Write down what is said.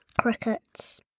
crickets